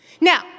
now